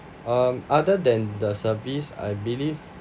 um other than the service I believe